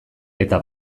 eta